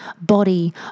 body